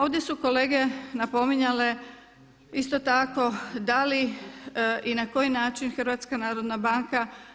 Ovdje su kolege napominjale isto tako da li i na koji način HNB